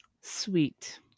Sweet